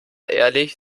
ehrlich